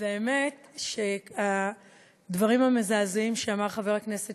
האמת שהדברים המזעזעים שאמר חבר הכנסת